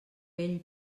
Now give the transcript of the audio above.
bell